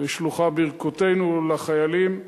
ושלוחה ברכתנו לחיילים.